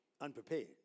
unprepared